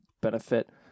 benefit